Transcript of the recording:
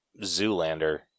Zoolander